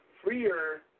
freer